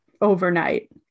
overnight